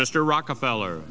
mr rockefeller